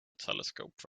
telescope